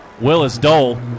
Willis-Dole